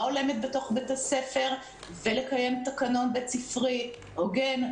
הולמת בתוך בית הספר ולקיים תקנון בית ספרי הוגן,